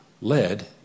led